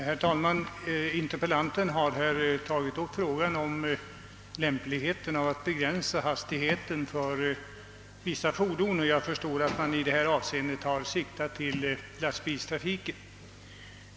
Herr talman! Interpellanten har tagit upp frågan om lämpligheten av att begränsa hastigheten för vissa fordon, och jag förstår att hon i detta avseende har siktat på lastbilstrafiken.